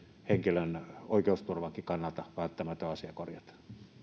henkilön oikeusturvankin kannalta välttämätön asia korjata